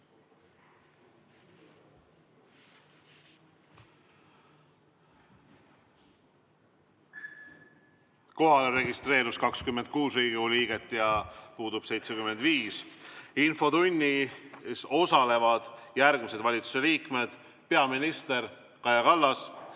Kohale registreerus 26 Riigikogu liiget ja puudub 75. Infotunnis osalevad järgmised valitsuse liikmed: peaminister Kaja Kallas,